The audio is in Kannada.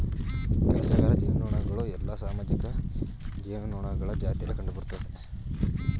ಕೆಲಸಗಾರ ಜೇನುನೊಣಗಳು ಎಲ್ಲಾ ಸಾಮಾಜಿಕ ಜೇನುನೊಣಗಳ ಜಾತಿಗಳಲ್ಲಿ ಕಂಡುಬರ್ತ್ತವೆ